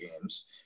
games